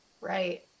Right